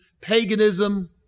paganism